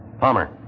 Palmer